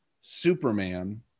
Superman